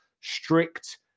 strict